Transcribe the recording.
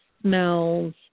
smells